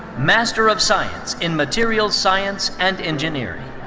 master of science in materials science and engineering.